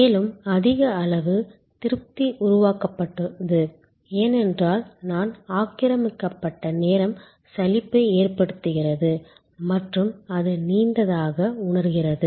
மேலும் அதிக அளவு திருப்தி உருவாக்கப்பட்டது ஏனென்றால் நான் ஆக்கிரமிக்கப்பட்ட நேரம் சலிப்பை ஏற்படுத்துகிறது மற்றும் அது நீண்டதாக உணர்கிறது